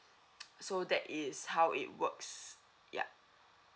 so that is how it works yup